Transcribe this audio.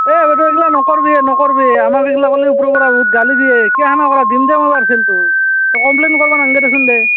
এই বাইদেউ এইবিলাক নকৰবি নকৰবি আমাক এইগিলা কৰলি ওপৰৰ পৰা বহুত গালি দিয়ে কিয় সেনে কৰ দিম দে মই পাৰ্চেলটো কমপ্লেইন কৰবা নালগে দেচোন দে